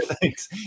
Thanks